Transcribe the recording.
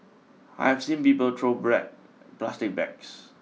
I have seen people throw bread plastic bags